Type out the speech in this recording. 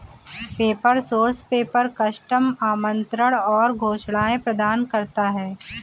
paper source paper, custom आमंत्रण और घोषणाएं प्रदान करता है